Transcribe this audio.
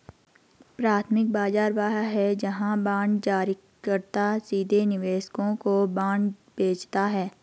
प्राथमिक बाजार वह है जहां बांड जारीकर्ता सीधे निवेशकों को बांड बेचता है